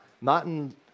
Martin